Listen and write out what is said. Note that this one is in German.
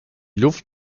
luft